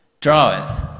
draweth